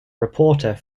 reporter